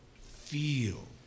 Feel